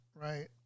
right